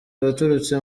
waturutse